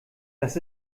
das